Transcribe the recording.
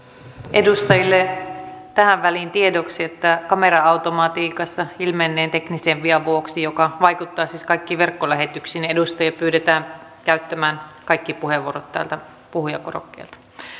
edustajille tähän väliin tiedoksi että kamera automatiikassa ilmenneen teknisen vian vuoksi joka vaikuttaa siis kaikkiin verkkolähetyksiin edustajia pyydetään käyttämään kaikki puheenvuorot täältä puhujakorokkeelta